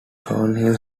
thornhill